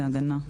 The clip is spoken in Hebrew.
ולהגנה.